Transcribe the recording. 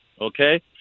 okay